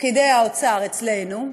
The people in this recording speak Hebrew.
פקידי האוצר אצלנו,